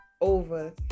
over